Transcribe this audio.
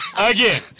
Again